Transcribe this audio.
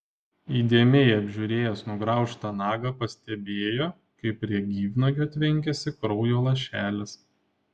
įdėmiai apžiūrėjęs nugraužtą nagą pastebėjo kaip prie gyvnagio tvenkiasi kraujo lašelis